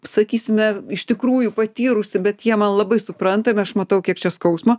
sakysime iš tikrųjų patyrusi bet jie man labai suprantami aš matau kiek čia skausmo